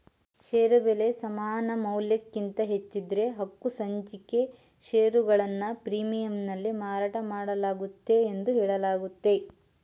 ಷೇರು ಬೆಲೆ ಸಮಾನಮೌಲ್ಯಕ್ಕಿಂತ ಹೆಚ್ಚಿದ್ದ್ರೆ ಹಕ್ಕುಸಂಚಿಕೆ ಷೇರುಗಳನ್ನ ಪ್ರೀಮಿಯಂನಲ್ಲಿ ಮಾರಾಟಮಾಡಲಾಗುತ್ತೆ ಎಂದು ಹೇಳಲಾಗುತ್ತೆ